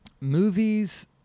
Movies